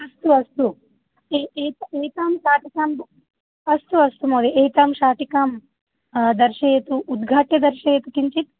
अस्तु अस्तु एक एकां शाटिकाम् अस्तु अस्तु महोदय एकां शाटिकां दर्शयतु उद्घाट्य दर्शयतु किञ्चित्